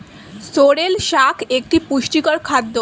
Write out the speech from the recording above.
sorrel শাক একটি পুষ্টিকর খাদ্য